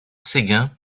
séguin